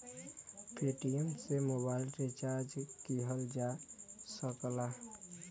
Paytm से mobile recharge किहल जा सकला